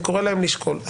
אני קורא להם לשקול.